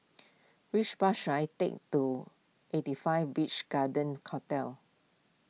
which bus should I take to eighty five Beach Garden Hotel